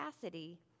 capacity